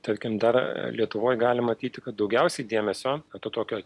tarkim dar lietuvoj galim matyti kad daugiausiai dėmesio kad tokio